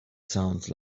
sounds